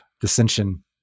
dissension